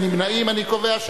להצביע.